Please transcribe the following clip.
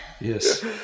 Yes